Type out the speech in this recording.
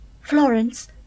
Florence